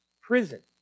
Prison